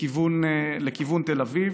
לכיוון תל אביב.